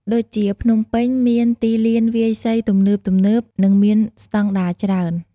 ដូចជាភ្នំពេញមាន ទីលានវាយសី ទំនើបៗ និងមានស្តង់ដារច្រើន។